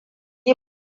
yi